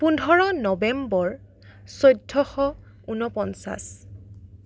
পোন্ধৰ নৱেম্বৰ চৈধ্য়শ ঊনপঞ্চাছ